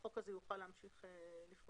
החוק הזה יוכל להמשיך לפעול.